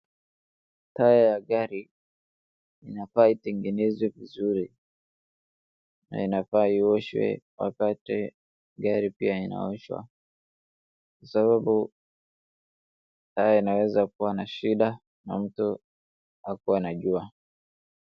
Taya ya gari inafaa itengenezwe vizuri na inafaa ioshwe wakati gari pia inaoshwa kwa sababu taya inaweza kuwa na shida na mtu hakukuwa najua.